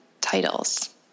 titles